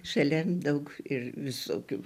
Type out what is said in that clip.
šalia daug ir visokių